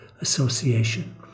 Association